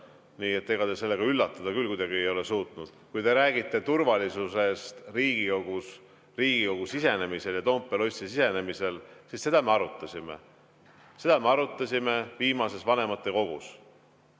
Nii et ega te sellega üllatada küll kuidagi ei ole suutnud. Kui te räägite turvalisusest Riigikokku sisenemisel, Toompea lossi sisenemisel, siis seda me arutasime. Seda me arutasime viimases vanematekogus.